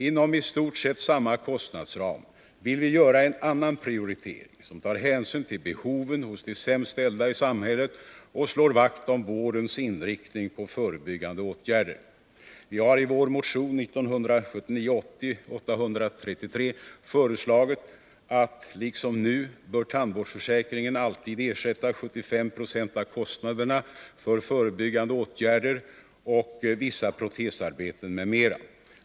Inom i stort sett samma kostnadsram vill vi göra en annan prioritering, som tar hänsyn till behoven hos de sämst ställda i samhället och slår vakt om vårdens inriktning på förebyggande åtgärder. Vi har i vår motion 1979/80:833 föreslagit att tandvårdsförsäkringen liksom nuaalltid bör ersätta 75 96 av kostnaderna för förebyggande åtgärder och vissa protesarbeten m.m.